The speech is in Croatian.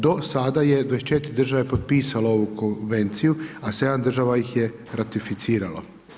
Do sada je 24 države potpisalo ovu konvenciju a 7 država ih je ratificiralo.